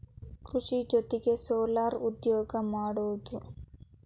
ಕೃಷಿ ಜೊತಿಗೆ ಸೊಲಾರ್ ಉದ್ಯೋಗಾ ಮಾಡುದು